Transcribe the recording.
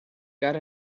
got